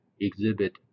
exhibit